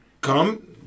come